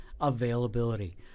availability